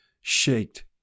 shaked